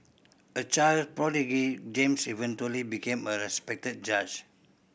a child prodigy James eventually became a respected judge